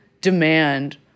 demand